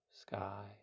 sky